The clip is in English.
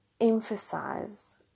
emphasize